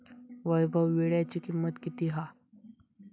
वैभव वीळ्याची किंमत किती हा?